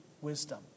wisdom